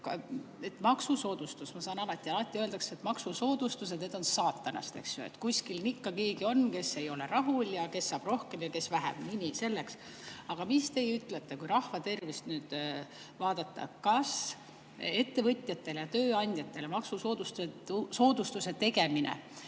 Maksusoodustus – ma saan aru, alati öeldakse, et maksusoodustused on saatanast, eks ju. Kuskil on ikka keegi, kes ei ole rahul, kes saab rohkem ja kes vähem. Aga mis teie ütlete? Kui rahva tervist vaadata, kas ettevõtjatele, tööandjatele maksusoodustuse tegemine